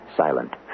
silent